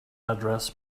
address